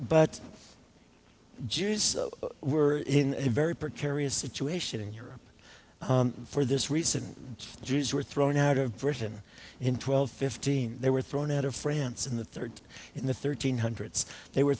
but jews were in a very precarious situation in europe for this reason jews were thrown out of britain in twelve fifteen they were thrown out of france in the third in the thirteen hundreds they were